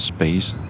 Space